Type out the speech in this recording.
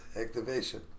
activation